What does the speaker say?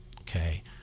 Okay